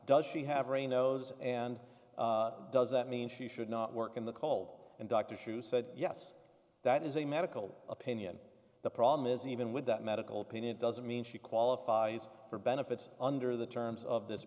does she have or a nose and does that mean she should not work in the cold and dr shu said yes that is a medical opinion the problem is even with that medical opinion doesn't mean she qualifies for benefits under the terms of this